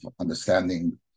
understanding